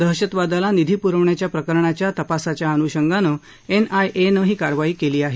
दहशतवादाला निधी पुरवण्याच्या प्रकरणाच्या तपासाच्या अनुषंगानं एनआयएनं ही कारवाई केली आहे